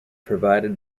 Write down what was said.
provided